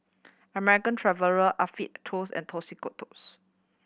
American Traveller Afiq Tools and Tostitos